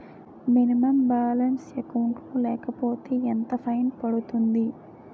Minimum balance account లో లేకపోతే ఎంత ఫైన్ పడుతుంది?